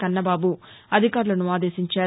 కన్నబాబు అధికారులను ఆదేశించారు